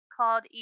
called